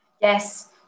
Yes